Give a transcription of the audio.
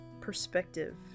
perspective